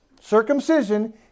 circumcision